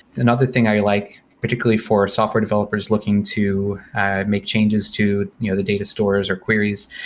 another thing i like, particularly for software developers looking to make changes to you know the data stores or queries,